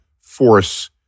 force